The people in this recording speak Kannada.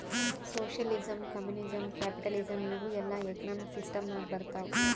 ಸೋಷಿಯಲಿಸಮ್, ಕಮ್ಯುನಿಸಂ, ಕ್ಯಾಪಿಟಲಿಸಂ ಇವೂ ಎಲ್ಲಾ ಎಕನಾಮಿಕ್ ಸಿಸ್ಟಂ ನಾಗ್ ಬರ್ತಾವ್